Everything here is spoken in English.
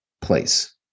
place